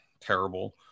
terrible